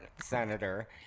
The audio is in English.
senator